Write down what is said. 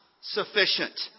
sufficient